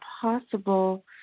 possible